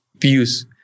views